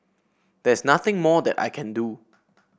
there's nothing more that I can do